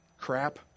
crap